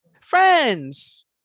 friends